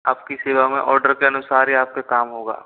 आपकी सेवा में ओडर के अनुसार ही आपके काम होगा